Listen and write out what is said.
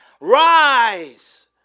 rise